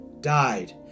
died